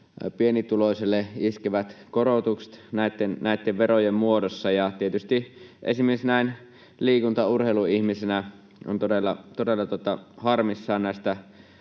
pienituloiselle iskevät korotukset näitten verojen muodossa, ja tietysti esimerkiksi näin liikunta- ja urheiluihmisenä sitä on todella harmissaan näistä